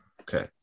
Okay